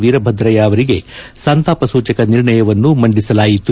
ವೀರಭದ್ರಯ್ಯ ಅವರಿಗೆ ಸಂತಾಪ ಸೂಚಕ ನಿರ್ಣಯವನ್ನು ಮಂದಿಸಲಾಯಿತು